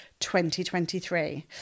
2023